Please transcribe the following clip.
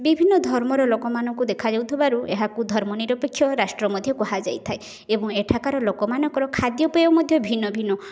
ବିଭିନ୍ନ ଧର୍ମର ଲୋକମାନଙ୍କୁ ଦେଖାଯାଉଥିବାରୁ ଏହାକୁ ଧର୍ମନିରକ୍ଷେପ ରାଷ୍ଟ୍ର ମଧ୍ୟ କୁହାଯାଇଥାଏ ଏବଂ ଏଠାକାର ଲୋକମାନଙ୍କ ଖାଦ୍ୟପେୟ ମଧ୍ୟ ଭିନ୍ନ ଭିନ୍ନ